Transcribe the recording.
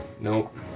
Nope